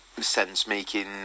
sense-making